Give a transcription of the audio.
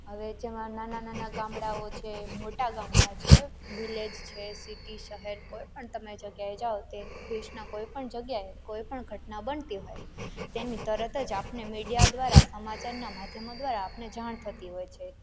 હવે જેમાં નાના નાના ગામડાઓ છે મોટા ગામળા છે વિલેજ છે સિટી શહેર કોઈપણ તમે જગ્યાએ જાઓ તે દેશના કોઈપણ જગ્યાએ કોઈપણ ઘટના બનતી હોય તેની તરત જ આપને મીડિયા દ્વારા સમાચારના માધ્યમો દ્વારા આપણને જાણ થતી હોય છે